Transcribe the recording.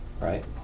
right